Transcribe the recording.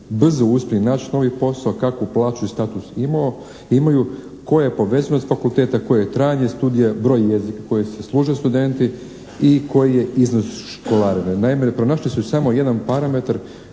brzo uspjeli naći novi posao, kakvu plaću i status imaju, koje je povezanost fakulteta, koje je trajanje studija, broj jezika kojim se služe studenti i koji je iznos školarine. Naime, pronašli su samo jedan parametar